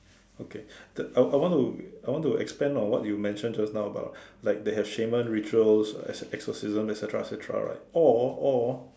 okay that I I want to I want to expand on what you mentioned just now about like they have shaman rituals exorcism et cetera cetera right or or